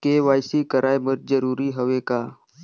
KYC कराय बर जरूरी हवे का?